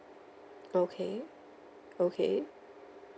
okay okay